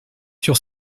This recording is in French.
sur